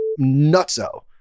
nutso